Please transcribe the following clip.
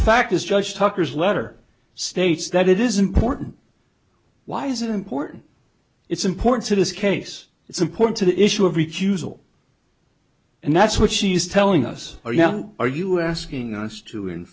fact is judge tucker's letter states that it is important why is it important it's important to this case it's important to the issue of recusal and that's what she's telling us or yeah are you asking us to in